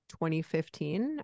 2015